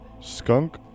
skunk